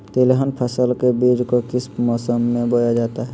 तिलहन फसल के बीज को किस मौसम में बोया जाता है?